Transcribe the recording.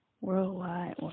worldwide